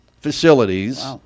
facilities